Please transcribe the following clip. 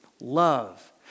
love